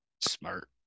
smart